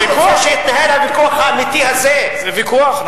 האם זה שהתנהל הוויכוח האמיתי הזה, זה ויכוח.